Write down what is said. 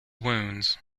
wounds